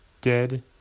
Dead